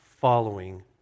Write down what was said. following